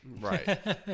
right